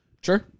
Sure